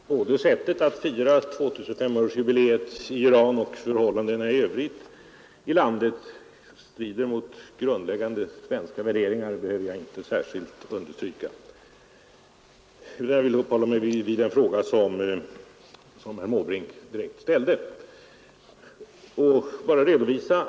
Herr talman! Att både sättet att fira 2 500-årsjubileet i Iran och förhållandena i övrigt i landet strider mot grundläggande svenska värderingar behöver jag inte särskilt understryka, utan jag vill uppehålla mig vid den fråga som herr Måbrink direkt ställde.